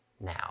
now